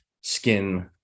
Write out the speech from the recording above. skin